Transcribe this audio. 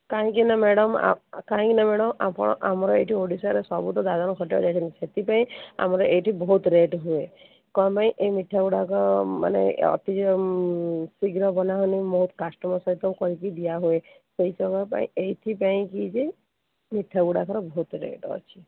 କାହିଁକିନାଁ madam କାହିଁକିନାଁ madam ଆପଣ ଆମର ଏଇଠି ଓଡ଼ିଶାରେ ସବୁ ତ ଦାଦନ ଖଟିବାକୁ ଯାଇଛନ୍ତି ସେଥିପାଇଁ ଆମର ଏଇଠି ବହୁତ ରେଟ୍ ହୁଏ କ'ଣ ପାଇଁ ଏଇ ମିଠାଗୁଡ଼ାକ ମାନେ ଅତି ଶିଘ୍ର ବନା ହେଉନେଇ ବହୁତ କଷ୍ଟମ ସହିତ କରିକି ଦିଆହୁଏ ସେଇ ସମୟ ପାଇଁ ଏଇଥିପାଇଁ କି ଯେ ମିଠାଗୁଡ଼ାକର ବହୁତୁ ରେଟ୍ ଅଛି